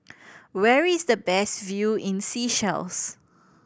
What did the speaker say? where is the best view in Seychelles